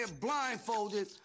blindfolded